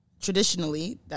traditionally